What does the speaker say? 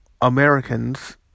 americans